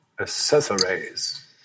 Accessories